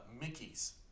Mickey's